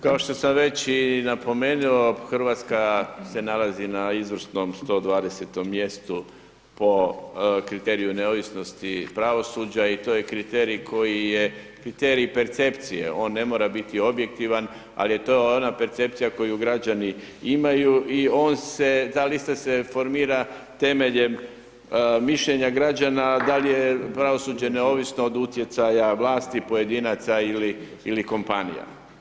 Kao što sam već i napomenuo, RH se nalazi na izvrsnom 120-tom mjestu po kriteriju neovisnosti pravosuđa i to je kriterij koji je kriterij percepcije, on ne mora biti objektivan, ali to je ona percepcija koju građani imaju i on se, da li se formira temeljem mišljenja građana, da li je pravosuđe neovisno od utjecaja vlasti, pojedinaca ili kompanija.